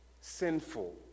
sinful